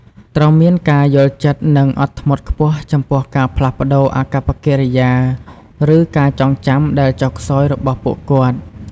ត្រូវមានការយល់ចិត្ត និងអត់ធ្មត់ខ្ពស់ចំពោះការផ្លាស់ប្តូរអាកប្បកិរិយា ឬការចងចាំដែលចុះខ្សោយរបស់ពួកគាត់។